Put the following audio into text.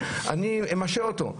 אני משעה אותו.